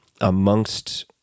amongst